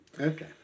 okay